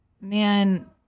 man